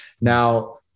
Now